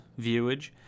viewage